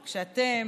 כשאתם,